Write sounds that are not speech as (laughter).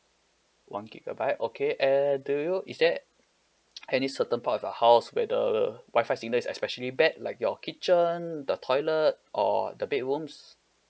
one gigabyte okay and do you is there (noise) any certain part of your house where the Wi-Fi signal is especially bad like your kitchen the toilet or the bedrooms